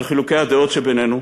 על חילוקי הדעות שבינינו,